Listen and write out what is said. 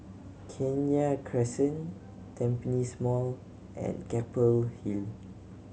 Kenya Crescent Tampines Mall and Keppel Hill